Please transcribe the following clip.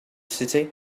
city